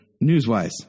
news-wise